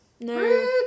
No